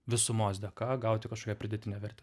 visumos dėka gauti kažkokią pridėtinę vertę